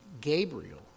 Gabriel